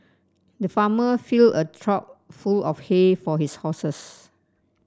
the farmer filled a trough full of hay for his horses